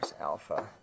alpha